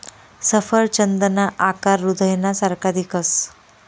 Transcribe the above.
सफरचंदना आकार हृदयना सारखा दिखस